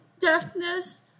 deafness